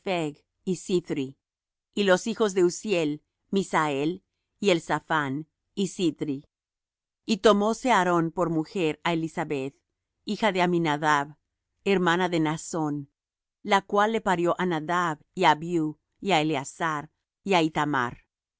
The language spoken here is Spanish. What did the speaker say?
y zithri y los hijos de uzziel misael y elzaphán y zithri y tomóse aarón por mujer á elisabeth hija de aminadab hermana de naasón la cual le parió á nadab y á abiú y á eleazar y á